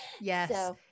yes